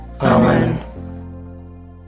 Amen